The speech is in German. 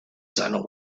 seiner